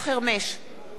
בעד